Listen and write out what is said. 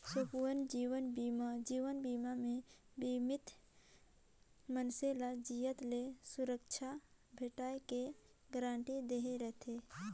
संपूर्न जीवन बीमा जीवन बीमा मे बीमित मइनसे ल जियत ले सुरक्छा भेंटाय के गारंटी दहे रथे